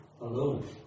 alone